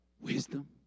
Wisdom